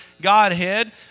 Godhead